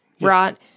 right